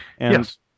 Yes